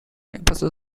emphasis